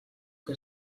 que